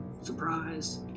Surprise